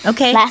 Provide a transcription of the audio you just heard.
Okay